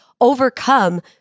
overcome